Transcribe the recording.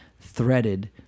threaded